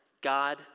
God